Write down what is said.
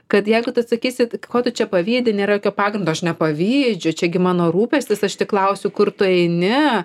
kad jeigu tu sakysi ko tu čia pavydi nėra jokio pagrindo aš nepavydžiu čiagi mano rūpestis aš tik klausiu kur tu eini